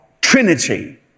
Trinity